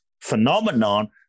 phenomenon